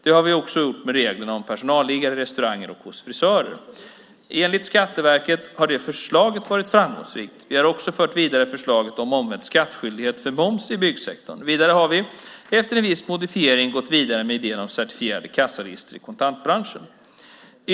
Det har vi också gjort med reglerna om personalliggare i restauranger och hos frisörer. Enligt Skatteverket har det förslaget varit framgångsrikt. Vi har också fört vidare förslaget om omvänd skattskyldighet för moms i byggsektorn. Vidare har vi, efter en viss modifiering, gått vidare med idén om certifierade kassaregister i kontantbranschen.